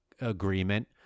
agreement